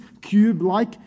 cube-like